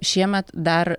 šiemet dar